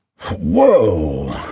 Whoa